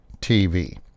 TV